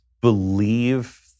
believe